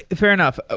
fair enough. ah